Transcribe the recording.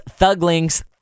thuglings